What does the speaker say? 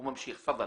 הוא ממשיך, בבקשה.